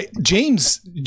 James